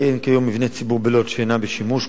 אין כיום בלוד מבני ציבור שאינם בשימוש.